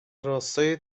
راستای